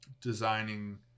designing